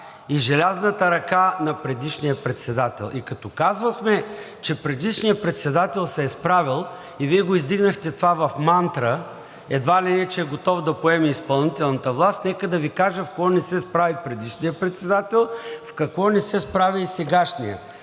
и желязната ръка на предишния председател. Като казвахме, че предишният председател се е справял, и Вие това го издигнахте в мантра, едва ли не, че е готов да поеме изпълнителната власт, нека да Ви кажа с какво не се справи предишният председател, в какво не се справя и сегашният.